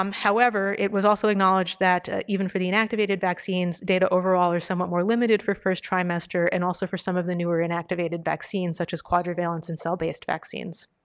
um however, it was also acknowledged that even for the inactivated vaccines data overall is somewhat more limited for first trimester and also for some of the newer inactivated vaccines, such as quadrivalent and cell based vaccines.